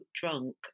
drunk